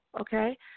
okay